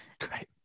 great